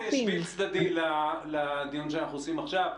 זה באמת שביל צדדי לדיון שאנחנו עושים עכשיו,